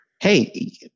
Hey